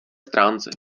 stránce